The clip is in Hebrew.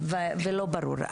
ולא ברור.